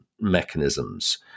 mechanisms